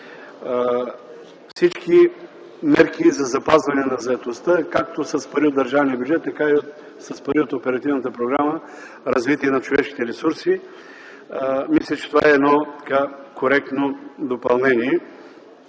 всички мерки за запазване на заетостта, както с пари от държавния бюджет, така и с пари от Оперативната програма „Развитие на човешките ресурси”. Мисля, че това е едно коректно допълнение.